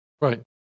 right